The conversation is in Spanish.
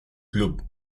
club